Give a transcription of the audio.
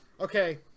okay